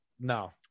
No